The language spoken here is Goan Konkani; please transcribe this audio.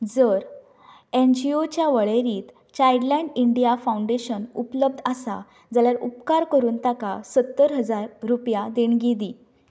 जर एन जी ओच्या वळेरींत चायल्ड लायन इंडिया फाउंडेशन उपलब्ध आसा जाल्यार उपकार करून ताका सत्तर हजार रुपया देणगी दी